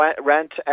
rent